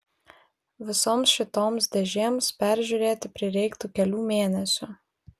visoms šitoms dėžėms peržiūrėti prireiktų kelių mėnesių